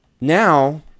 now